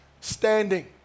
standing